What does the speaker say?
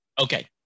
Okay